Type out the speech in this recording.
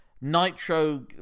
nitro